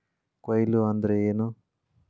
ಕೊಯ್ಲು ಅಂದ್ರ ಏನ್?